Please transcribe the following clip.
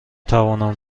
توانم